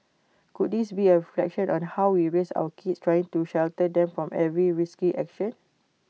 could this be A reflection on how we raise our kids trying to shelter them from every risky action